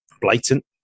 blatant